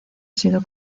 sido